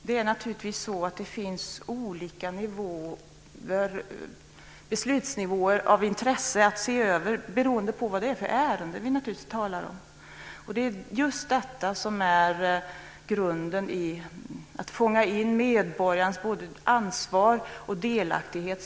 Herr talman! Det finns naturligtvis olika beslutsnivåer av intresse att se över beroende på vad det gäller för ärende. Det är just detta som är grunden i att fånga in medborgarens både ansvar och delaktighet.